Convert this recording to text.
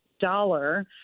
dollar